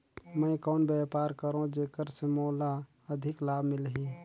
मैं कौन व्यापार करो जेकर से मोला अधिक लाभ मिलही?